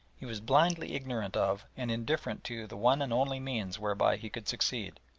he was blindly ignorant of and indifferent to the one and only means whereby he could succeed,